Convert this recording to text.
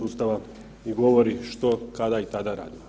Ustava govori što, kada i tada radimo.